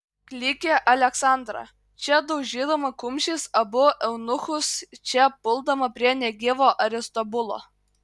klykė aleksandra čia daužydama kumščiais abu eunuchus čia puldama prie negyvo aristobulo